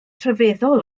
rhyfeddol